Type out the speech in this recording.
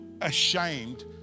ashamed